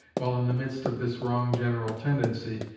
while in the midst of this wrong general tendency,